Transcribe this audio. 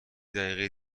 دقیقه